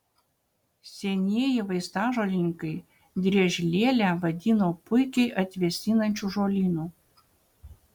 senieji vaistažolininkai driežlielę vadino puikiai atvėsinančiu žolynu